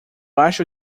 acho